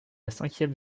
cinquième